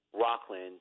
Rockland